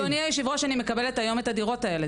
אדוני יושב הראש אני מקבלת היום את הדירות האלה,